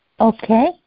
okay